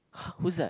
who's that